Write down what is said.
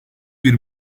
bir